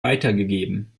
weitergegeben